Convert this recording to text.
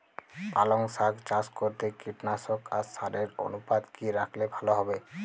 পালং শাক চাষ করতে কীটনাশক আর সারের অনুপাত কি রাখলে ভালো হবে?